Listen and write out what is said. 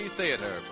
Theater